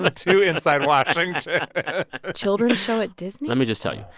ah to inside washington children show at disney? let me just tell you.